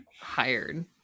hired